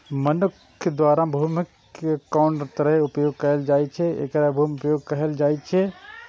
मनुक्ख द्वारा भूमिक कोन तरहें उपयोग कैल जाइ छै, एकरे भूमि उपयोगक कहल जाइ छै